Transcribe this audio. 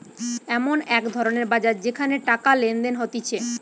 এমন এক ধরণের বাজার যেখানে টাকা লেনদেন হতিছে